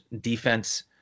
defense